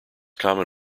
common